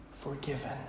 forgiven